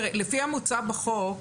אדוני היושב ראש, לפי המוצע בחוק,